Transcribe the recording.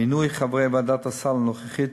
מינוי חברי ועדת הסל הנוכחית